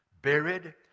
Buried